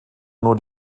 nur